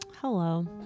Hello